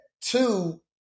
Two